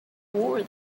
war